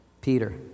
Peter